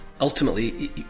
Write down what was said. Ultimately